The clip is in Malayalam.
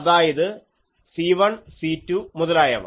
അതായത് C1 C2 മുതലായവ